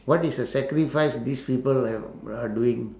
what is the sacrifice these people have are doing